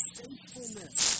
faithfulness